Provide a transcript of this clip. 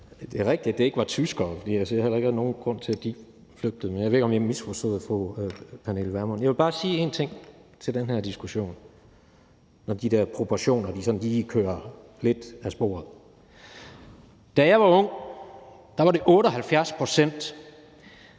Det er rigtigt, at det ikke var tyskere, og jeg ser heller ikke rigtig nogen grund til, at de skulle flygte – men jeg ved ikke, om jeg misforstod fru Pernille Vermund. Jeg vil bare sige en ting til den her diskussion, når de der proportioner sådan lige kører lidt af sporet. Da jeg var ung, var det 78 pct.